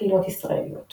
קהילות ישראליות